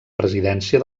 presidència